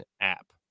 app